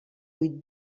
vuit